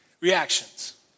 reactions